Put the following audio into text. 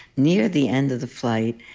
near the end of the flight,